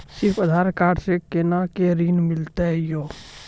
सिर्फ आधार कार्ड से कोना के ऋण मिलते यो?